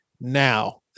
Now